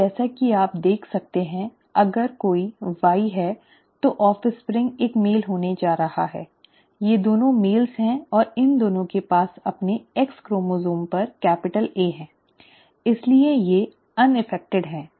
और जैसा कि आप देख सकते हैं अगर कोई Y है तो ऑफ़स्प्रिंग एक मेल होने जा रहा है ये दोनों मेल हैं और इन दोनों के पास अपने एक्स क्रोमोसोम पर कैपिटल A है इसलिए वे अप्रभावित हैं